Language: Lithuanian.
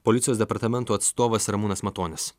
policijos departamento atstovas ramūnas matonis